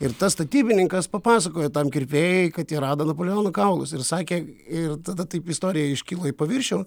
ir tas statybininkas papasakojo tam kirpėjui kad jie rado napoleono kaulus ir sakė ir tada taip istorija iškilo į paviršių